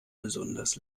besonders